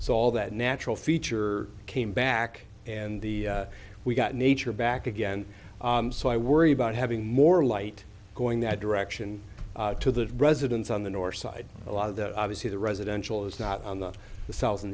so all that natural feature came back and we've got nature back again so i worry about having more light going that direction to the residents on the north side a lot of obviously the residential is not on the south